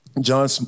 John